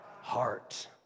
Heart